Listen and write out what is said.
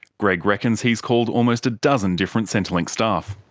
greg reckon he's called almost a dozen different centrelink staff.